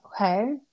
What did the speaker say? Okay